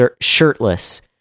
shirtless